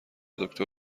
دکتر